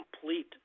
complete